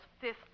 fifth